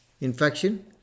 Infection